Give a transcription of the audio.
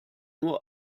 nur